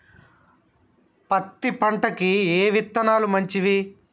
పత్తి పంటకి ఏ విత్తనాలు మంచివి?